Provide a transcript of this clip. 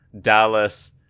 Dallas